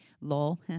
Lol